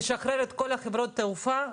כל הדיון הציבורי מתמקד בכניסה ובמכסות,